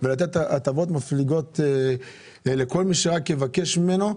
ולתת הטבות מפליגות לכל מי שרק יבקש ממנו,